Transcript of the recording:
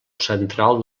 central